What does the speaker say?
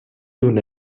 soon